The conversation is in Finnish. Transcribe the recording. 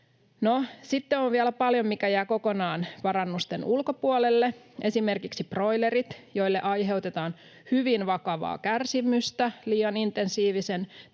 sitten on vielä paljon, mikä jää kokonaan parannusten ulkopuolelle, esimerkiksi broilerit, joille aiheutetaan hyvin vakavaa kärsimystä liian intensiivisen